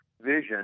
vision